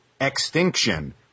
extinction